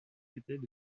étaient